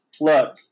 look